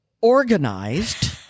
organized